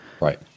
Right